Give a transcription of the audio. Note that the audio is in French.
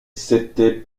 s’était